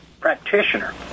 practitioner